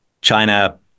China